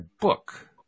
book